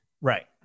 right